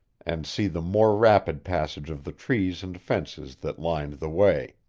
and see the more rapid passage of the trees and fences that lined the way.